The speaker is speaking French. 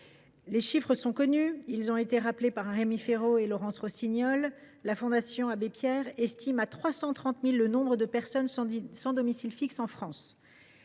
Les chiffres sont connus et ont été rappelés par Rémi Féraud et par Mme la rapporteure. La Fondation Abbé Pierre estime à 330 000 le nombre de personnes sans domicile fixe en France.